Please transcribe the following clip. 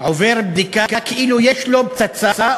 63ב שעוסק בסוגיות של הגנת הסביבה בתעשיות הביטחוניות.